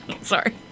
Sorry